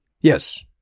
Yes